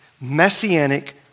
messianic